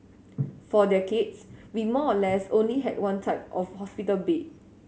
for decades we more or less only had one type of hospital bed